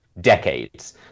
decades